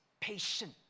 patient